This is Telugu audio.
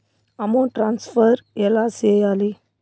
అమౌంట్ ట్రాన్స్ఫర్ ఎలా సేయాలి